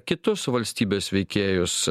kitus valstybės veikėjus